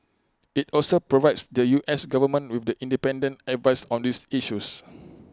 IT also provides the U S Government with The Independent advice on these issues